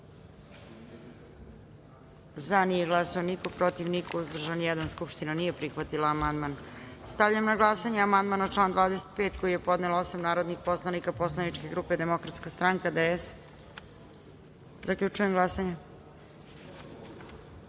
glasanje: za – niko, protiv – niko, uzdržan – jedan. Skupština nije prihvatila ovaj amandman. Stavljam na glasanje amandman na član 3. koji je podnelo osam narodnih poslanika poslaničke grupe Demokratska stanka - DS.Zaključujem glasanje: